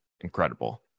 incredible